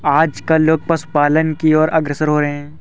आजकल लोग पशुपालन की और अग्रसर हो रहे हैं